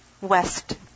West